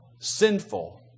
sinful